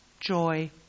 joy